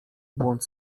błąd